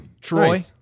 Troy